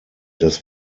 das